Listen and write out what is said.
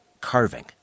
carving